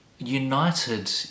united